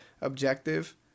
objective